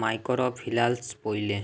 micro finance ব্যলে